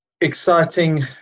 exciting